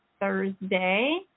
Thursday